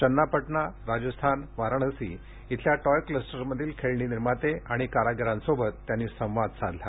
चन्नापटना राजस्थान वाराणसी इथल्या टॉय क्लस्टरमधील खेळणी निर्माते आणि कारागिरांशी पंतप्रधानांनी संवाद साधला